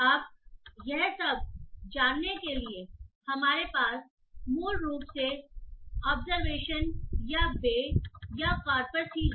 अब यह सब जानने के लिए हमारे पास मूल रूप से ऑब्जरवेशन अवलोकन या बे या कॉर्पस ही है